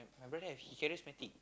my brother he charismatic